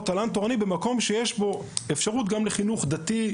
תל"ן תורני במקום שיש בו אפשרות גם לחינוך דתי,